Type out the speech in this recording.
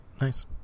nice